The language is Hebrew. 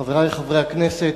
חברי חברי הכנסת,